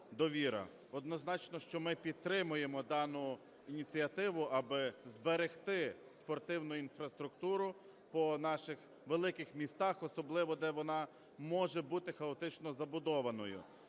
"Довіра". Однозначно, що ми підтримуємо дану ініціативу, аби зберегти спортивну інфраструктуру по наших великих містах, особливо де вона може бути хаотично забудованою.